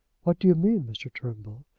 what do you mean, mr. turnbull?